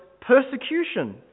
persecution